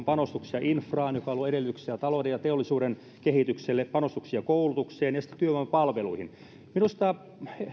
panostuksia infraan joka luo edellytyksiä talouden ja teollisuuden kehitykselle panostuksia koulutukseen ja sitten työvoimapalveluihin minusta